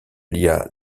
lia